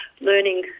learning